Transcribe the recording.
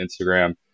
Instagram